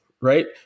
Right